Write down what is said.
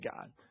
God